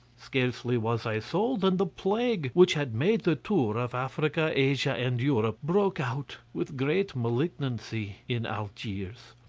scarcely was i sold, than the plague which had made the tour of africa, asia, and europe, broke out with great malignancy in algiers.